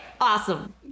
awesome